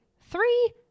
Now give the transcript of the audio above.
three